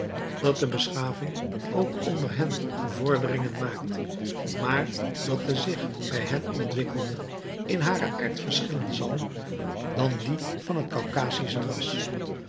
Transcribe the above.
dat de beschaving ook onder hen vorderingen maakt maar dat de zich bij hen ontwikkelende in haren aard verschillen zal van die van het kaukasische ras